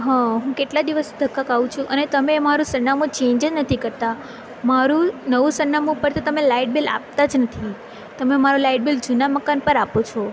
હા હું કેટલા દિવસ ધક્કા ખાઉં છું અને તમે મારું સરનામું ચેન્જ જ નથી કરતાં મારું નવું સરનામું ઉપર તો તમે લાઇટ બિલ આપતા જ નથી તમે મારું લાઇટ બિલ જૂના મકાન પર આપો છો